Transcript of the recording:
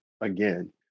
again